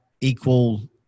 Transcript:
equal